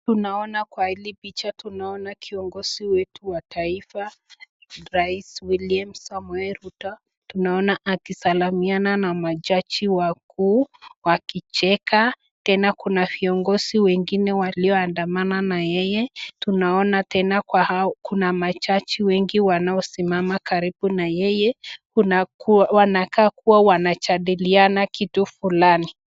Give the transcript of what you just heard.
Tunaona kwa hili picha , tunaona Kiongozi wetu Wa taifa , rais William Samoei Ruto. Tunaona akisalimiama na majani wakuu , wakicheka Tena Kuna viongozi wengine walioandamana na yeye . Tunaona Tena Kuna majaji wengi wanaosimama karibu na yeye. Wanakaa kuwa wanajadiliana kitu fulani.